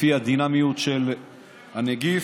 לפי הדינמיות של הנגיף.